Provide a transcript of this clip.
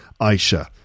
Aisha